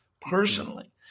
personally